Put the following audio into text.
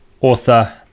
author